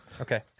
Okay